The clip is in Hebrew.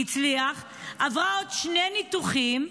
עברה עוד שני ניתוחים,